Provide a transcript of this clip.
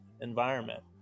environment